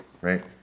right